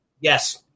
Yes